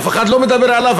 אף אחד לא מדבר עליו.